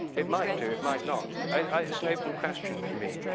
it might do, it might not. i it's an open question for me.